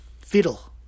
fiddle